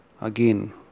again